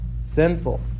sinful